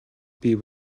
бий